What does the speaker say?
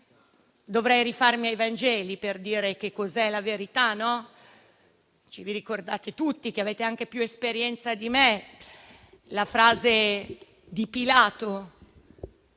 Dovrei rifarmi ai Vangeli per dire che cos'è la verità. Ricordate tutti voi, che avete anche più esperienza di me, la frase di Pilato.